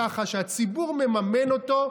שהציבור מממן אותו,